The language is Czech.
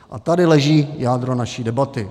A tady leží jádro naší debaty.